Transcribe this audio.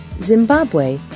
Zimbabwe